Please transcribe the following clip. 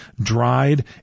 dried